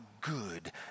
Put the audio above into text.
good